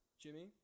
Jimmy